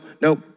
nope